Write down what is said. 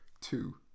two